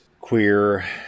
queer